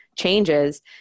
changes